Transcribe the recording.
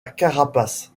carapace